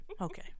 Okay